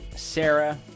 Sarah